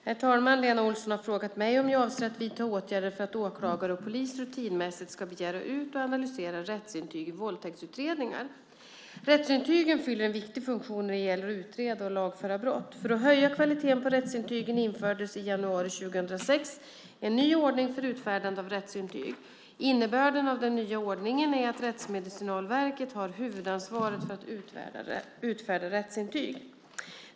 Herr talman! Lena Olsson har frågat mig om jag avser att vidta åtgärder för att åklagare och polis rutinmässigt ska begära ut och analysera rättsintyg i våldtäktsutredningar. Rättsintygen fyller en viktig funktion när det gäller att utreda och lagföra brott. För att höja kvaliteten på rättsintygen infördes i januari 2006 en ny ordning för utfärdande av rättsintyg. Innebörden av den nya ordningen är att Rättsmedicinalverket har huvudansvaret för att utfärda rättsintyg.